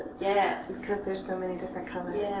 yes. because there's so many different colors. yes.